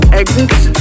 exits